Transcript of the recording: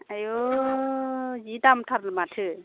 आयु जि दामथार माथो